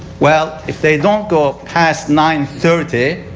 well, if they don't go passed nine thirty,